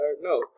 No